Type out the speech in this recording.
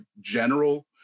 general